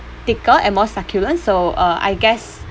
thicker and more succulent so uh I guess